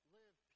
live